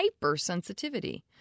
hypersensitivity